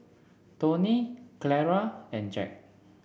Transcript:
Tony Clara and Jack